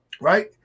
right